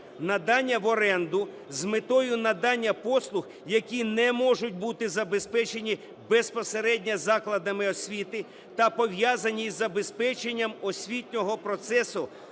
надання в оренду з метою надання послуг, які не можуть бути забезпечені безпосередньо закладами освіти та пов'язані із забезпеченням освітнього процесу